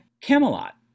Camelot